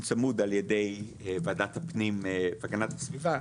צמוד על ידי וועדת הפנים והגנת הסביבה.